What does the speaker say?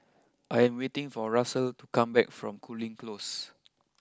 I am waiting for Russel to come back from Cooling close